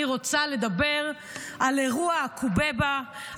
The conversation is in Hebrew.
אני רוצה לדבר על אירוע הקובבה,